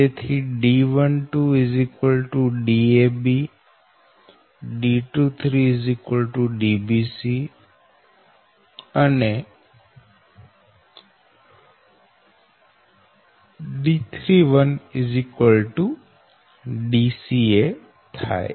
તેથી D12 Dab D23 Dbc અને D31 Dca થાય